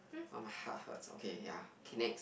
orh my heart hurts okay ya K next